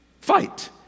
Fight